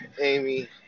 Amy